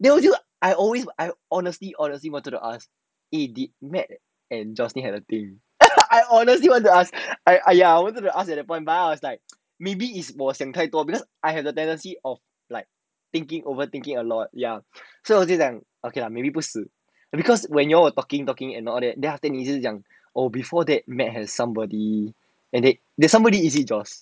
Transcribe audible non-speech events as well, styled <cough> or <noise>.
then 我就 I always I always honestly honestly 我真的 honestly say eh did matte and joycelyn have feeling then <laughs> I honestly want to ask ya ya I wanted to ask maybe is 我想太多 because I have a tendency of like thinking overthinking a lot so 我跟我自己讲 okay lah maybe 不是 because when you all were talking talking and all that then after that 你一直讲 oh before that matte has someone there's somebody that he is into